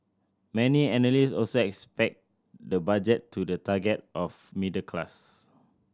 many analyst also expect the budget to the target of middle class